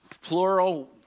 plural